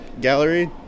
Gallery